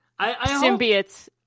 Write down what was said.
symbiotes